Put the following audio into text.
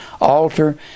altar